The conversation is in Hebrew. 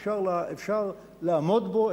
אפשר לעמוד בו,